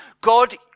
God